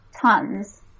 tons